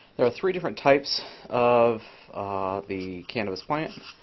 there are three different types of the cannabis plant.